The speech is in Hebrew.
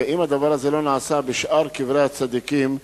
ואם הדבר הזה לא נעשה בשאר קברי הצדיקים,